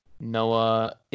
Noah